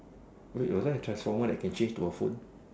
wait was there a transformer that can change into a phone